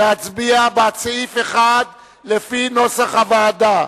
להצביע על סעיף 1 לפי נוסח הוועדה.